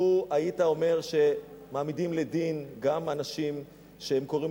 לו היית אומר שמעמידים לדין גם אנשים שקוראים